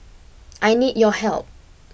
I need your help